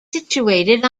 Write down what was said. situated